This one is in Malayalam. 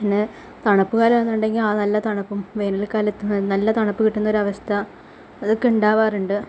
പിന്നെ തണുപ്പ് കാലം എന്നുണ്ടെങ്കിൽ ആ നല്ല തണുപ്പും വേനൽക്കാലത്ത് നല്ല തണുപ്പു കിട്ടുന്ന ഒരവസ്ഥ അതൊക്കെ ഉണ്ടാവാറുണ്ട്